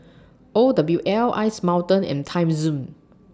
O W L Ice Mountain and Timezone